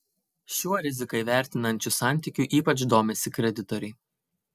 šiuo riziką įvertinančiu santykiu ypač domisi kreditoriai